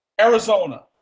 Arizona